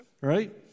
right